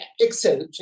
Excel